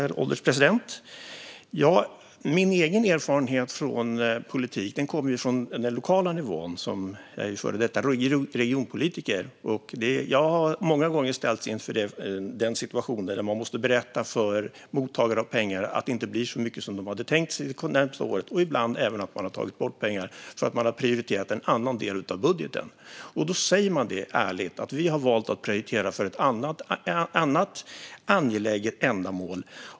Herr ålderspresident! Min egen erfarenhet av politik kommer från den lokala nivån. Jag är före detta regionpolitiker, och jag har många gånger ställts inför en situation där man måste berätta för mottagare av pengar att det inte blir så mycket som de hade tänkt sig det närmaste året och ibland även att man har tagit bort pengar för att man har prioriterat en annan del av budgeten. Då säger man det ärligt: Vi har valt att prioritera ett annat angeläget ändamål.